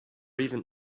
even